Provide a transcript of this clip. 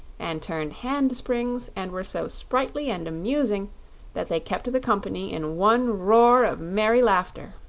and turned hand-springs and were so sprightly and amusing that they kept the company in one roar of merry laughter.